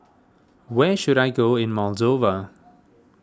where should I go in Moldova